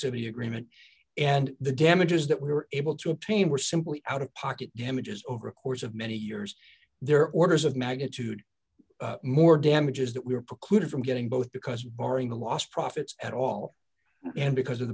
vity agreement and the damages that we were able to obtain were simply out of pocket damages over a course of many years there orders of magnitude more damages that we are precluded from getting both because barring the lost profits at all and because of